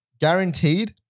Guaranteed